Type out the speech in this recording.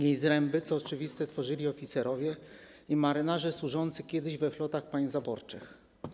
Jej zręby, co oczywiste, tworzyli oficerowie i marynarze służący kiedyś we flotach państw zaborczych.